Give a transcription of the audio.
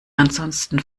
ansonsten